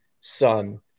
son